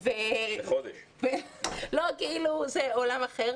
זה עולם אחר.